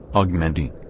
augmenting,